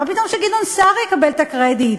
מה פתאום שגדעון סער יקבל את הקרדיט?